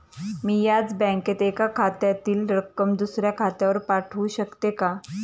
मी याच बँकेत एका खात्यातील रक्कम दुसऱ्या खात्यावर पाठवू शकते का?